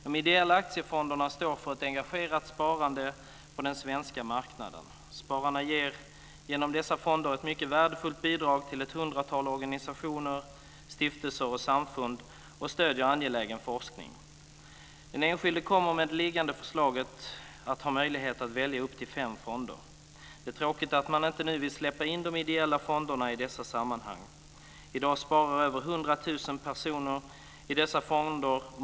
De ideella aktiefonderna står för ett engagerat sparande på den svenska marknaden. Spararna ger genom dessa fonder ett mycket värdefullt bidrag till ett hundratal organisationer, stiftelser och samfund och stöder angelägen forskning. Den enskilde kommer med det liggande förslaget att ha möjlighet att välja upp till fem fonder. Det är tråkigt att man inte nu vill släppa in de ideella fonderna i dessa sammanhang. I dag sparar över 100 000 personer i dessa fonder.